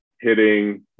hitting